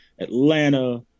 Atlanta